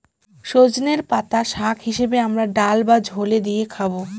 সজনের পাতা শাক হিসেবে আমরা ডাল বা ঝোলে দিয়ে খাবো